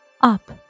up